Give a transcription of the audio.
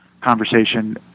conversation